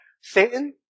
Satan